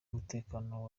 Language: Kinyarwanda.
umutekano